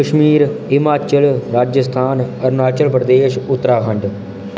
Jammu Kashmir Himachal Rajasthan Arunachal Pradesh Uttarakhand